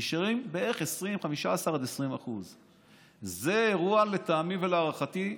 נשארים בערך 15% עד 20%. לטעמי ולהערכתי,